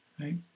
right